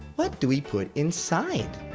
what do we put inside?